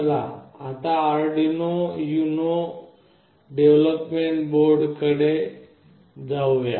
चला आता आपण आर्डिनो युनो डेव्हलोपमेंट बोर्ड कडे जाऊया